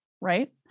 right